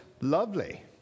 lovely